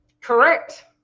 Correct